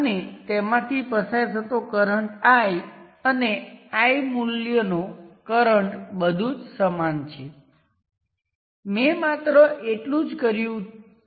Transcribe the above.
કારણ કે જ્યારે મેં કહ્યું V બરાબર 0 એટલે કે મને જે મળે છે